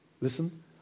Listen